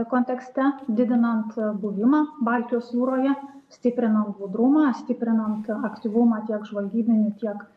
kontekste didinant buvimą baltijos jūroje stiprinam budrumą stiprinam tą aktyvumą tiek žvalgybinių tiek